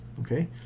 Okay